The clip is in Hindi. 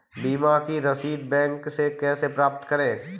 बीमा की रसीद बैंक से कैसे प्राप्त करें?